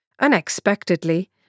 Unexpectedly